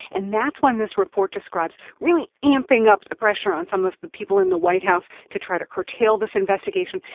and that's when this report describes really amping up the pressure on some of the people in the white house to try to curtail this investigation,